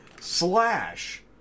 slash